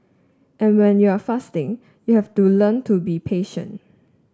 and when you are fasting you have to learn to be patient